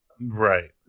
right